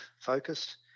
focus